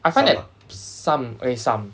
I find that some okay some